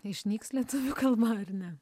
išnyks lietuvių kalbą ar ne